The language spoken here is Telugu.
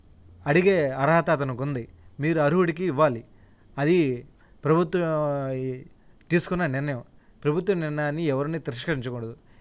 అడిగే అర్హత అతనకుంది మీరు అర్హుడికి ఇవ్వాలి అది ప్రభుత్వం ఈ తీసుకున్న నిర్ణయం ప్రభుత్వ నిర్ణయాన్ని ఎవరూ తిరస్కరించకూడదు